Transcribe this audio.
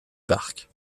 parc